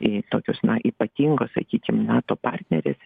i tokios na ypatingos sakykime nato partnerės